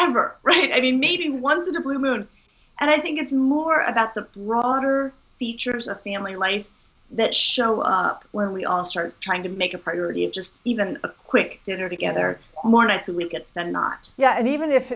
ever right i mean maybe once in a blue moon and i think it's more about the rodder features of family life that show up when we all start trying to make a priority of just even a quick dinner together more nights and we get that not yet even if